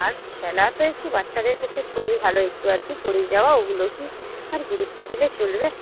আর খেলা তো একটু বাচ্চাদের পক্ষে খুবই ভালো একটু আধটু পড়ে যাওয়া ওগুলো কি আর গুরুত্ব দিলে চলবে